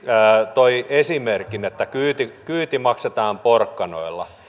toi esimerkin että kyyti maksetaan porkkanoilla